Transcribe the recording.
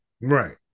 Right